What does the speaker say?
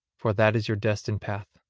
for that is your destined path.